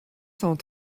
cent